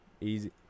Easy